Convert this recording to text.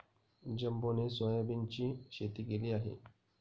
जंबोने सोयाबीनची शेती केली आहे